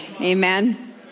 Amen